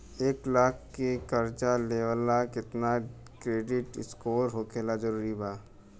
एक लाख के कर्जा लेवेला केतना क्रेडिट स्कोर होखल् जरूरी बा?